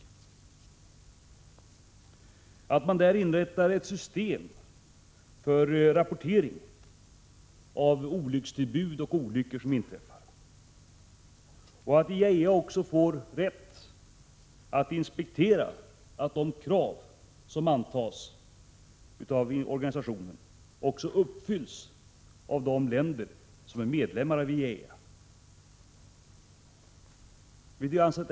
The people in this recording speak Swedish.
Regeringen bör verka för att IAEA inrättar ett system för rapportering av olyckstillbud och olyckor som inträffar och att IAEA får rätt att inspektera att de krav som antas inom organisationen också uppfylls av de länder som är medlemmar av IAEA.